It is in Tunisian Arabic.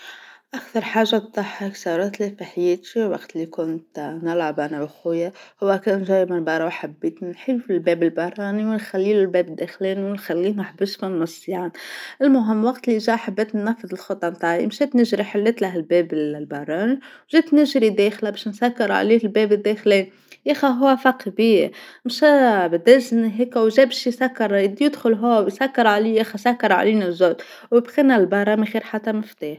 أكثر حاجة تضحك صارت لي في حياتي وقت اللي كنت نلعب انا وخويا، هو كان جاي من بروح حبيت نحل في الباب البراني ونخلي الباب داخلين ونخليه نحبسه للنسيان المهم الوقت اللي جا حبيت ننفذ الخطة نتاعي مشيت نجري حليت له الباب البراني وجات نجري داخلة باش نسكر عليه الباب الداخلى ياخى هو فاق بيا مشا بداشنى هيكا وجاب شي صقر ودى يدخل هو والصقر عليا فسكر علينا الجو وبقينا لبرة من غير حتى مفتاح.